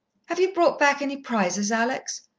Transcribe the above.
have you brought back any prizes, alex?